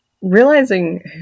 realizing